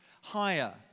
higher